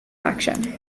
action